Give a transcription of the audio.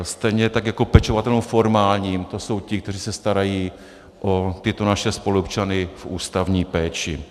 Stejně tak jako pečovatelům formálním, to jsou ti, kteří se starají o tyto naše spoluobčany v ústavní péči.